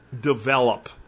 develop